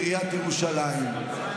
עיריית ירושלים,